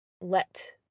let